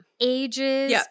ages